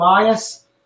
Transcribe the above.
bias